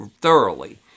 thoroughly